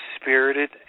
spirited